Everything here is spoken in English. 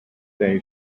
day